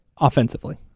offensively